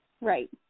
Right